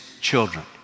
children